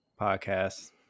podcast